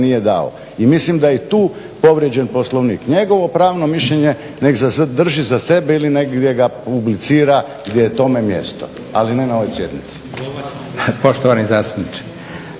nije dao. I mislim da je i tu povrijeđen Poslovnik. Njegovo pravno mišljenje naka zadrži za sebe ili negdje ga publicira gdje je tome mjesto, ali ne na ovoj sjednici.